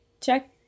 check